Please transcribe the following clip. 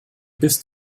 bis